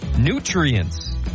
nutrients